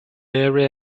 area